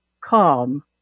calm